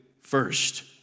first